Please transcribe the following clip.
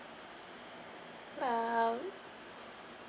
uh